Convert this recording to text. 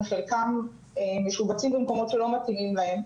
וחלקם משובצים במקומות שלא מתאימים להם.